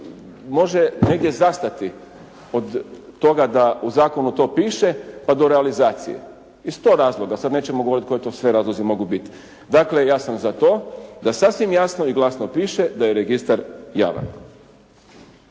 može negdje zastati od toga da u zakonu to piše pa do realizacije iz sto razloga. Sad nećemo govoriti koji to sve razlozi mogu biti. Dakle ja sam za to da sasvim jasno i glasno piše da je registar javan.